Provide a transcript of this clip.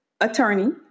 attorney